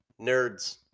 nerds